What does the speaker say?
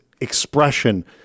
expression